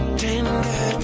tender